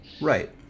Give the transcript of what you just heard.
Right